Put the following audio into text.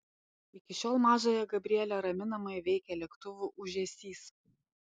iki šiol mažąją gabrielę raminamai veikia lėktuvų ūžesys